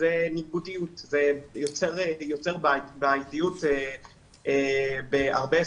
זה ניגודיות וזה יוצר בעייתיות בהרבה אספקטים.